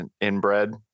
inbred